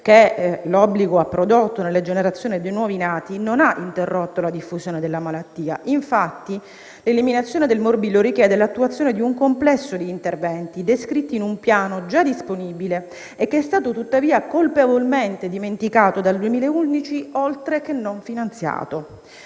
che l'obbligo ha prodotto nelle generazioni di nuovi nati, non ha interrotto la diffusione della malattia. Infatti, l'eliminazione del morbillo richiede l'attuazione di un complesso di interventi, descritti in un piano già disponibile e che è stato tuttavia colpevolmente dimenticato dal 2011, oltre che non finanziato.